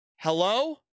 Hello